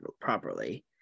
properly